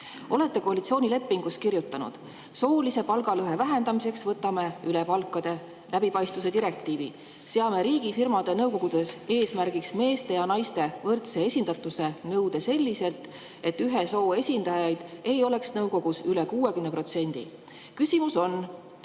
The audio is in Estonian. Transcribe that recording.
Olete koalitsioonilepingus kirjutanud: "Soolise palgalõhe vähendamiseks võtame üle palkade läbipaistvuse direktiivi. Seame riigifirmade nõukogudes eesmärgiks meeste ja naiste võrdse esindatuse nõude selliselt, et ühe soo esindajaid ei oleks nõukogus üle 60%." Küsimus on: